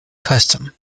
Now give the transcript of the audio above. custom